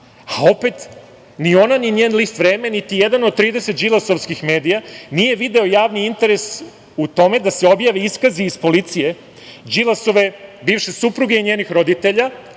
Opet, ni ona ni njen list „Vreme“, niti i jedan od 30 Đilasovskih medija nije video javni interes u tome da se objave iskazi iz policije Đilasove bivše supruge i njenih roditelja,